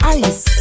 ice